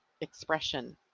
expression